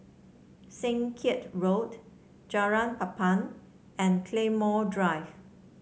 Seng Kiat Road Jalan Papan and Claymore Drive